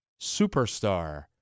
superstar